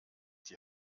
die